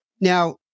Now